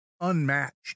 unmatched